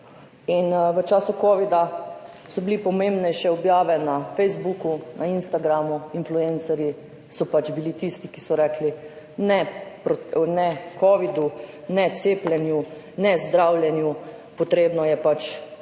V času covida so bile pomembnejše objave na Facebooku, na Instagramu, influencerji so pač bili tisti, ki so rekli ne covidu, ne cepljenju, ne zdravljenju, treba se je pač